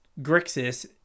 Grixis